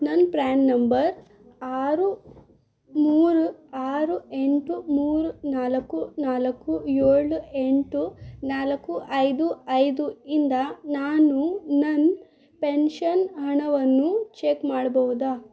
ನನ್ನ PAN number ಆರು ಮೂರು ಆರು ಎಂಟು ಮೂರು ನಾಲ್ಕು ನಾಲ್ಕು ಏಳು ಎಂಟು ನಾಲ್ಕು ಐದು ಐದು ಇಂದ ನಾನು ನನ್ನ ಪೆನ್ಷನ್ ಹಣವನ್ನು ಚೆಕ್ ಮಾಡ್ಬೋದಾ